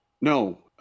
No